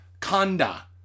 Kanda